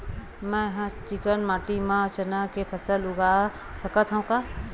मै ह चिकना माटी म चना के फसल उगा सकथव का?